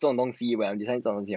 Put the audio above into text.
这种东西